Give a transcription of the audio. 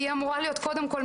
קודם כול, אמורה להיות מניעה.